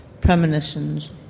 Premonitions